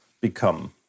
become